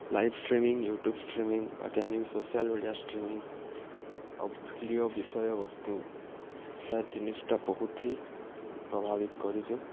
live streaming YouTube streaming ବା କେହନିବି social media streaming ଆଉ ଭିଡ଼ିଓ ବିଷୟବସ୍ତୁ ହେ ଜିନିଷ୍ଟା ବହୁତ୍ ହି ପ୍ରଭାବିତ୍ କରିଚେ